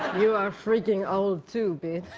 you are freaking old, too, bitch.